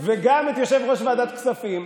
וגם את יושב-ראש ועדת כספים,